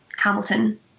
Hamilton